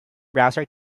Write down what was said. browser